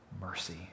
mercy